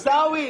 עיסאווי,